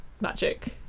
magic